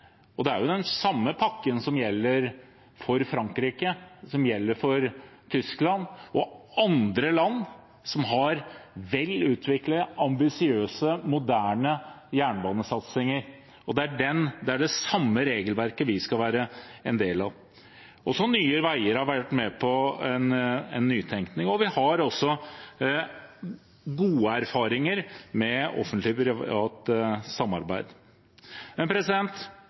og det er jo den samme pakken som gjelder for Frankrike, Tyskland og andre land som har velutviklede, ambisiøse og moderne jernbanesatsinger. Det er det samme regelverket vi skal være en del av. Også Nye Veier har vært med på en nytenkning, og vi har også gode erfaringer med offentlig-privat samarbeid. Men